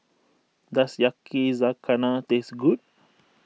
does Yakizakana taste good